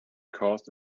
caused